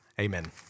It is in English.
Amen